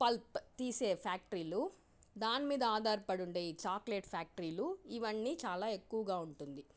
pulp తీసే ఫ్యాక్టరీలు దాని మీద ఆధారపడి ఉండే ఈ చాక్లెట్ ఫ్యాక్టరీలు ఇవన్నీ చాలా ఎక్కువగా ఉంటుంది